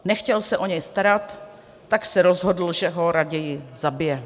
Nechtěl se o něj starat, tak se rozhodl, že ho raději zabije.